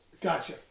Gotcha